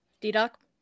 D-Doc